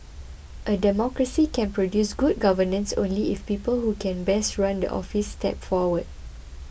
a democracy can produce good governance only if people who can best run the office step forward